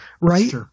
right